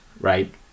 right